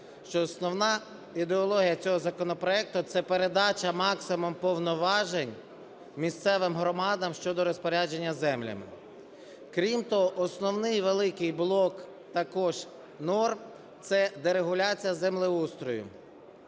що основна ідеологія цього законопроекту – це передача максимум повноважень місцевим громадам щодо розпорядження землями. Крім того, основний великий блок також норм – це дерегуляція землеустрою.